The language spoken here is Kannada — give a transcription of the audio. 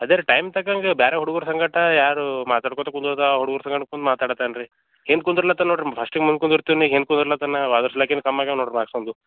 ಅದೆ ರೀ ಟೈಮ್ ತಗನ್ಲಿ ಬೇರೆ ಹುಡ್ಗುರು ಸಂಗಡಾ ಯಾರು ಮಾತಾಡಕೋತ ಕುಂದರುತ ಅವ್ರು ಇವ್ರು ಸಂಗಡ ಕುಂದು ಮಾತಾಡ್ತಾನೆ ರೀ ಹಿಂದೆ ಕುಂದ್ರಲತ್ತನೆ ನೋಡಿ ರಿ ಫಸ್ಟಿಗೆ ಮುಂದು ಕುಂದಿರ್ತೀನಿ ಹಿಂದೆ ಕುಂದ್ರಲತನ ಅದ್ರ ಸಲ್ವಾಕಿನೆ ಕಮ್ಮಿ ಆಗ್ಯಾವೆ ನೋಡಿರಿ ಮಾರ್ಕ್ಸ್ ಅವನ್ದು